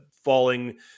falling